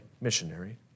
missionary